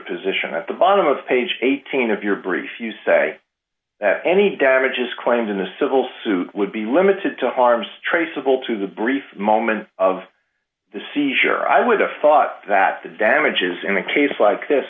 position at the bottom of page eighteen of your brief you say any damages claimed in the civil suit would be limited to harms traceable to the brief moment of the seizure i would have fought that the damages in a case like this